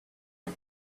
had